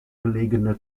gelegene